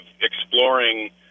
exploring